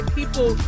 people